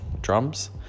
drums